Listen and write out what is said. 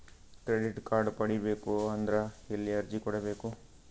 Credit card ಪಡಿಬೇಕು ಅಂದ್ರ ಎಲ್ಲಿ ಅರ್ಜಿ ಕೊಡಬೇಕು?